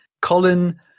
Colin